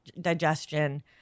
digestion